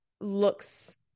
looks